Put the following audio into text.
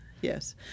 Yes